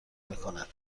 میکند